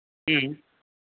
ᱦᱮᱸ